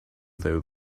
though